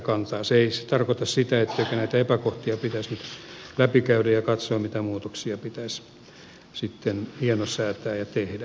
se ei tarkoita sitä etteikö näitä epäkohtia pitäisi nyt läpikäydä ja katsoa mitä muutoksia ja hienosäätöä pitäisi tehdä